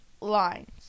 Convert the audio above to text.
lines